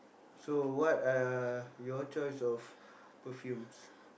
so what are your choice of perfumes